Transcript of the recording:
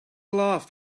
laughed